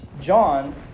John